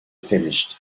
finished